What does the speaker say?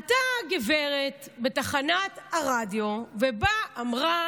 עלתה הגברת בתחנת הרדיו ואמרה: